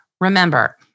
Remember